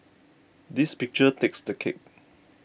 this picture takes the cake